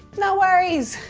no worries!